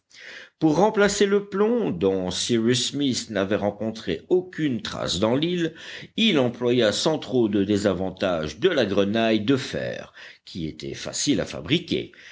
pour remplacer le plomb dont cyrus smith n'avait rencontré aucune trace dans l'île il employa sans trop de désavantage de la grenaille de fer qui était facile à fabriquer